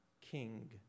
king